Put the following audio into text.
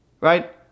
right